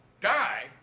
Die